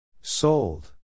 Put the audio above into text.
Sold